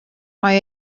mae